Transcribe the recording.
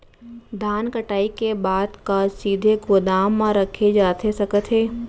धान कटाई के बाद का सीधे गोदाम मा रखे जाथे सकत हे?